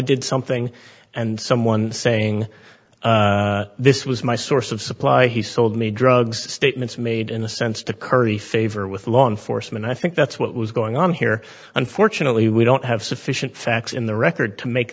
did something and someone saying this was my source of supply he sold me drugs statements made in a sense to curry favor with law enforcement i think that's what was going on here unfortunately we don't have sufficient facts in the record to make